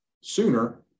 sooner